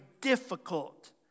difficult